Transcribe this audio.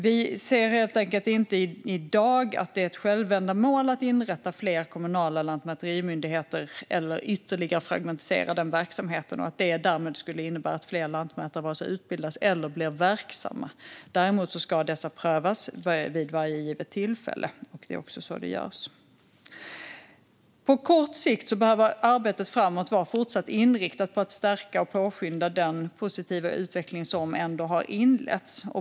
Vi ser helt enkelt inte i dag att det är ett självändamål att inrätta fler kommunala lantmäterimyndigheter eller ytterligare fragmentisera den verksamheten. Vi ser inte att det skulle innebära att fler lantmätare utbildas eller blir verksamma. Däremot ska dessa prövas vid varje givet tillfälle, och det är också så det görs. På kort sikt behöver arbetet vara fortsatt inriktat på att stärka och påskynda den positiva utveckling som ändå har inletts.